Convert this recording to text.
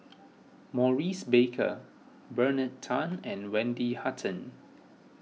Maurice Baker Bernard Tan and Wendy Hutton